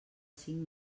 cinc